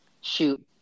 shoot